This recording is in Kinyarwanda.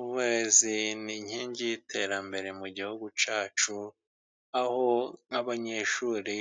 Uburezi n'inkingi y'iterambere mu gihugu cyacu .Aho abanyeshuri